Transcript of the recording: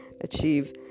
achieve